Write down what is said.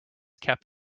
kept